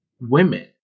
women